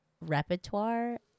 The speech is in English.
repertoire